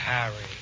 Harry